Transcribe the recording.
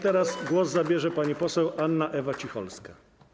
Teraz głos zabierze pani poseł Anna Ewa Cicholska.